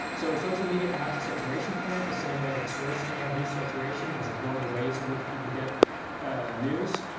so social media, perhaps a saturation point, the same way that search may have reached saturation as one of the ways in which people get news.